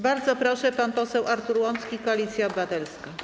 Bardzo proszę, pan poseł Artur Łącki, Koalicja Obywatelska.